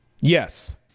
Yes